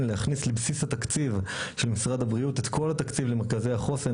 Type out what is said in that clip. להכניס לבסיס התקציב של משרד הבריאות את כל התקציב למרכזי החוסן,